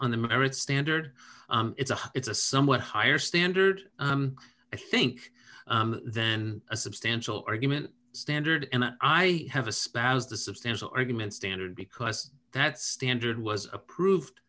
on the merits standard it's a it's a somewhat higher standard i think then a substantial argument standard and i have a spouse the substantial argument standard because that standard was approved